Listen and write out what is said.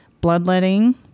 bloodletting